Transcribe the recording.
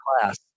class